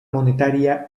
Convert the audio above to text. monetaria